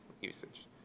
usage